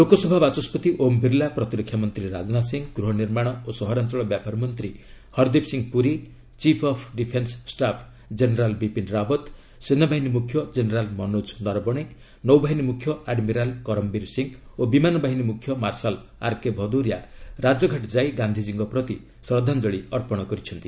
ଲୋକସଭା ବାଚସ୍କତି ଓମ୍ ବିର୍ଲା ପ୍ରତିରକ୍ଷା ମନ୍ତ୍ରୀ ରାଜନାଥ ସିଂହ ଗୃହନିର୍ମାଣ ଓ ସହରାଞ୍ଚଳ ବ୍ୟାପାର ମନ୍ତ୍ରୀ Hardeep Singh Puri chief of defence staff general Bipin Rawat ସେନାବାହିନୀ ମୁଖ୍ୟ ଜେନେରାଲ୍ ମନୋଜ ନର୍ବଶେ ନୌବାହିନୀ ମୁଖ୍ୟ ଆଡ୍ମିରାଲ୍ କରମ୍ବୀର ସିଂହ ଓ ବିମାନ ବାହିନୀ ମ୍ରଖ୍ୟ ମାର୍ଶାଲ୍ ଆର୍କେ ଭଦୌରିଆ ରାଜଘାଟ ଯାଇ ଗାନ୍ଧିଜୀଙ୍କ ପ୍ରତି ଶ୍ରଦ୍ଧାଞ୍ଚଳି ଅର୍ପଣ କରିଛନ୍ତି